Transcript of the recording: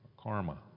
karma